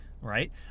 right